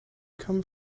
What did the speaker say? come